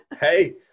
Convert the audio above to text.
Hey